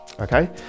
Okay